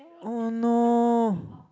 oh no